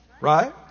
Right